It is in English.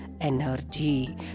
energy